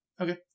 Okay